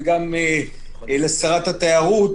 וגם לשרת התיירות,